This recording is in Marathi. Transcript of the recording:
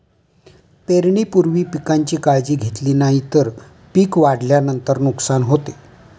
पेरणीपूर्वी पिकांची काळजी घेतली नाही तर पिक वाढल्यानंतर नुकसान होते